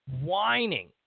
whining